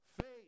Faith